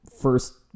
first